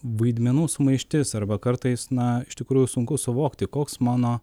vaidmenų sumaištis arba kartais na iš tikrųjų sunku suvokti koks mano